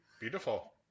Beautiful